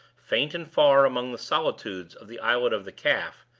faint and far among the solitudes of the islet of the calf,